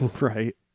right